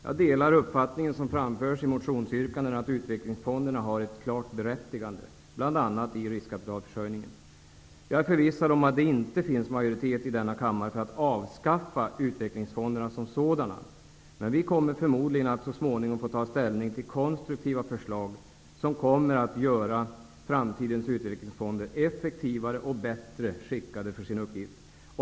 Jag delar uppfattningen som framförs i motionsyrkanden, att utvecklingsfonderna har ett klart berättigande, bl.a. när det gäller riskkapitalförsörjningen. Jag är förvissad om att det inte finns majoritet i denna kammare för att avskaffa utvecklingsfonderna som sådana. Vi kommer förmodligen att så småningom få ta ställning till konstruktiva förslag som kommer att göra framtidens utvecklingsfonder effektivare och bättre skickade för sin uppgift.